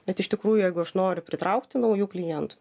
bet iš tikrųjų jeigu aš noriu pritraukti naujų klientų